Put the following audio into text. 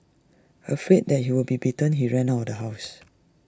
afraid that he would be beaten he ran out of the house